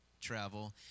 travel